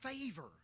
favor